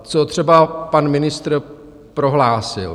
Co třeba pan ministr prohlásil: